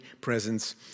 presence